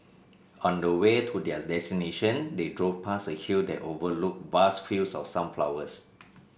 on the way to their destination they drove past a hill that overlooked vast fields of sunflowers